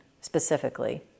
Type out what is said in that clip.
specifically